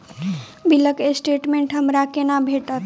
बिलक स्टेटमेंट हमरा केना भेटत?